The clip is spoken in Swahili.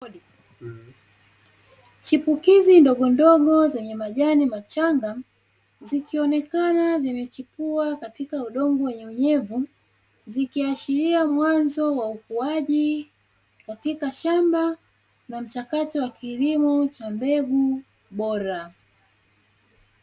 Chipukizi ndogondogo zenye majani machanga, zikionekana zimechipua katika udongo wenye unyevu, zikiashiria mwanzo wa ukuaji katika shamba na mchakato wa kilimo cha mbegu bora.